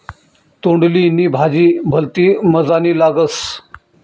तोंडली नी भाजी भलती मजानी लागस